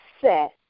set